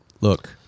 Look